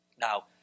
Now